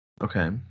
Okay